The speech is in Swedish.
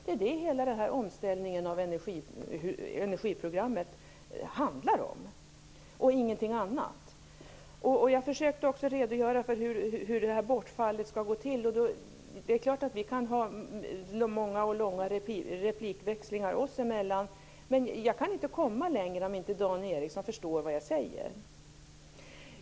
Det är det hela omställningen av energiprogrammet handlar om och ingenting annat. Jag försökte också redogöra för hur bortfallet skall gå till. Vi kan naturligtvis ha många och långa replikväxlingar oss emellan, men jag kan inte komma längre om inte Dan Ericsson förstår vad jag säger.